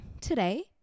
today